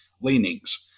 leanings